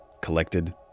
collected